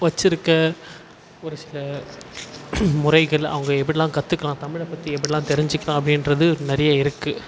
வச்சிருக்க ஒரு சில முறைகள் அவங்க எப்புடிலாம் கத்துக்கலாம் தமிழை பற்றி எப்புடிலாம் தெரிஞ்சிக்கலாம் அப்படின்றது நிறைய இருக்குது